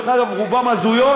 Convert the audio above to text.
דרך אגב, רובן הזויות.